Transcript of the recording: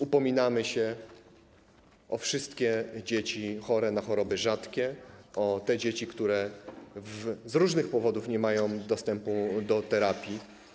Upominamy się o wszystkie dzieci cierpiące na choroby rzadkie, o te dzieci, które z różnych powodów nie mają dostępu do terapii.